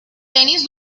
tenis